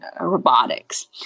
robotics